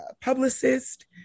publicist